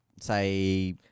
say